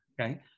Okay